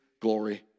glory